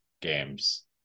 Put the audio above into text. games